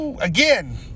Again